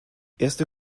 erste